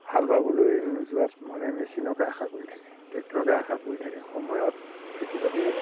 হাল বাবলৈ নোযোৱাত মানে মেছিনকে আশা কৰি থাকে ট্ৰেক্টৰলৈ আশা কৰি থাকে সময়ত খেতি বাতি